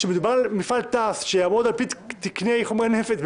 כשמדובר על מפעל תע"ש שיעבוד על פי תקני חומרי נפץ,